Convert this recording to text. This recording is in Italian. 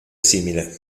simile